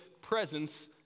presence